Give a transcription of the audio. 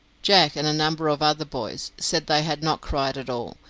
jack, and a number of other boys, said they had not cried at all,